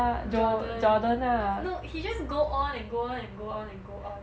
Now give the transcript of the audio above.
jordan no he just go on and go on and go on and go on